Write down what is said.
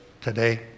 today